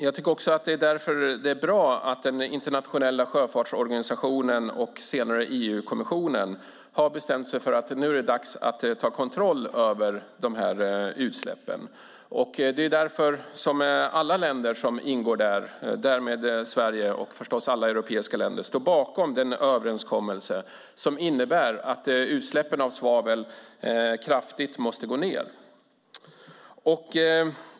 Därför är det bra att den internationella sjöfartsorganisationen och senare EU-kommissionen har bestämt sig för att det nu är dags att ta kontroll över de här utsläppen. Det är också därför som alla länder som ingår där, däribland Sverige och alla europeiska länder, står bakom den överenskommelse som innebär att utsläppen av svavel måste gå ned kraftigt.